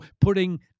putting